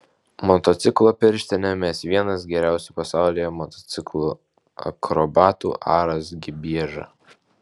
motociklo pirštinę mes vienas geriausių pasaulyje motociklų akrobatų aras gibieža